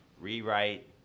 rewrite